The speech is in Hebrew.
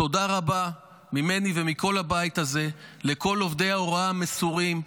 תודה רבה ממני ומכל הבית הזה לכל עובדי ההוראה המסורים,